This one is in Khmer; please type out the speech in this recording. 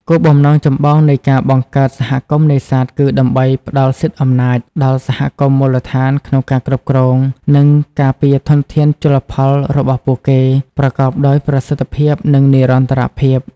គោលបំណងចម្បងនៃការបង្កើតសហគមន៍នេសាទគឺដើម្បី ផ្ដល់សិទ្ធិអំណាច ដល់សហគមន៍មូលដ្ឋានក្នុងការគ្រប់គ្រង និងការពារធនធានជលផលរបស់ពួកគេ ប្រកបដោយប្រសិទ្ធភាព និងនិរន្តរភាព។